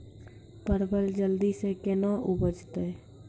परवल जल्दी से के ना उपजाते?